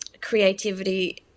creativity